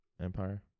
Empire